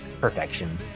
perfection